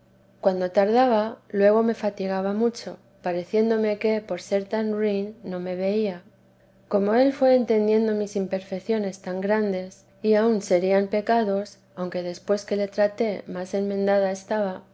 cuando tardaba luego me fatigaba mucho pareciéndome que por ser tan ruin no me veía como él fué entendiendo mis imperfecciones tan grandes y aun serían pecados aunque después que le traté más enmendada estaba